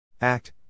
Act